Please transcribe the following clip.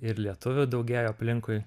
ir lietuvių daugėjo aplinkui